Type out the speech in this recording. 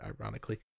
ironically